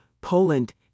Poland